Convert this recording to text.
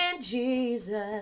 Jesus